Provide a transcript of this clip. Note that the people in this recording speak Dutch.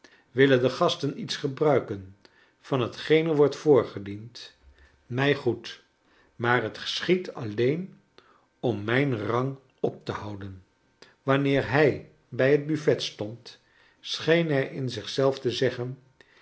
willen de gasten iets gebruiken van hetgeen er wordt voorgediend mij goed maar het geschiedt alleen om mijn rang op te houden wanneer hij bij het buffet stond scheen hij in zich zelf te zeggen